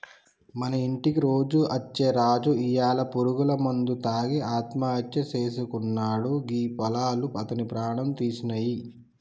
మన ఇంటికి రోజు అచ్చే రాజు ఇయ్యాల పురుగుల మందు తాగి ఆత్మహత్య సేసుకున్నాడు గీ పొలాలు అతని ప్రాణం తీసినాయి